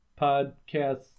Podcasts